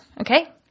Okay